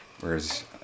whereas